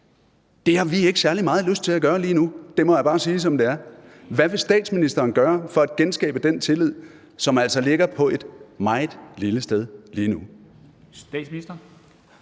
det har vi ikke særlig meget lyst til at gøre lige nu – det må jeg bare sige som det er. Hvad vil statsministeren gøre for at genskabe den tillid, som altså ligger på et meget lille sted lige nu?